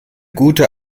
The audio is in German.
gute